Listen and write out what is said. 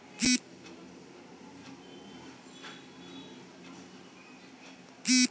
home insurance ಅಂದ್ರೆ bank ಅವ್ರು ಮನೆ ಮೇಲೆ ಇನ್ಸೂರೆನ್ಸ್ ಕೊಡ್ತಾರ